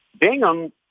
Bingham